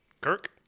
Kirk